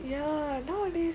ya nowadays